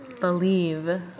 believe